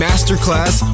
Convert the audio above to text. Masterclass